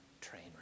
train